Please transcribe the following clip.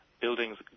buildings